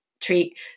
treat